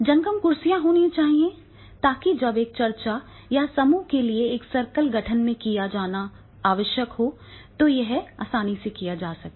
जंगम कुर्सियाँ होनी चाहिए ताकि जब एक चर्चा या समूह को एक सर्कल गठन में किया जाना आवश्यक हो तो यह आसानी से किया जा सके